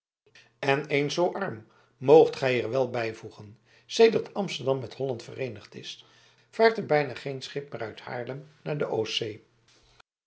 en eens zoo arm moogt gij er wel bijvoegen sedert amsterdam met holland vereenigd is vaart er bijna geen schip meer uit haarlem naar de